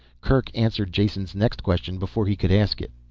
kerk answered jason's next question before he could ask it.